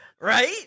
Right